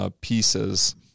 Pieces